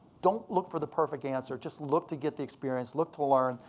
don't look for the perfect answer. just look to get the experience, look to learn.